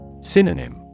Synonym